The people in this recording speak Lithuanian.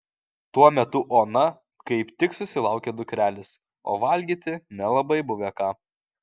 tuo metu ona kaip tik susilaukė dukrelės o valgyti nelabai buvę ką